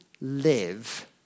live